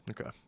Okay